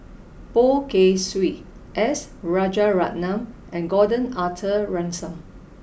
Poh Kay Swee S Rajaratnam and Gordon Arthur Ransome